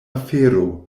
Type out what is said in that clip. afero